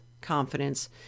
confidence